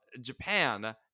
Japan